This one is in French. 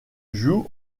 joue